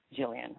Jillian